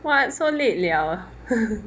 !wah! so late liao